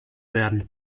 werden